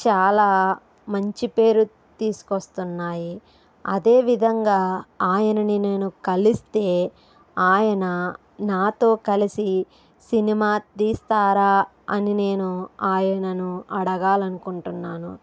చాలా మంచి పేరు తీసుకు వస్తున్నాయి అదే విధంగా ఆయన్ని నేను కలిస్తే ఆయన నాతో కలిసి సినీమా తీస్తారా అని నేను ఆయనను అడగాలని అనుకుంటున్నాను